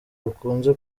bakunze